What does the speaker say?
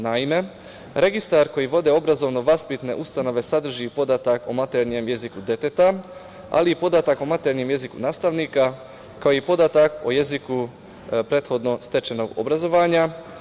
Naime, registar koji vode obrazovno-vaspitne ustanove sadrži podatak o maternjem jeziku deteta, ali i podatak o maternjem jeziku nastavnika, kao i podatak o jeziku prethodnog stečenog obrazovanja.